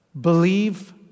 Believe